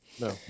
No